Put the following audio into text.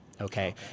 Okay